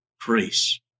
grace